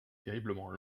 terriblement